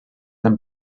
them